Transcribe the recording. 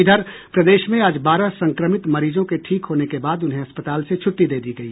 इधर प्रदेश में आज बारह संक्रमित मरीजों के ठीक होने के बाद उन्हें अस्पताल से छुट्टी दे दी गई